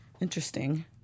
interesting